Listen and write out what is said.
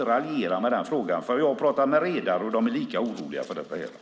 Man behöver inte raljera i den frågan, för jag har pratat med redare, och de är lika oroliga för det här.